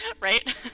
Right